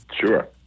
Sure